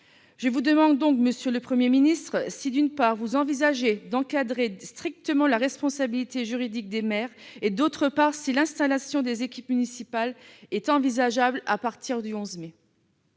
Je vous demande donc, monsieur le Premier ministre, si, d'une part, vous envisagez d'encadrer strictement la responsabilité juridique des maires et si, d'autre part, l'installation des équipes municipales est envisageable à partir du 11 mai.